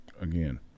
Again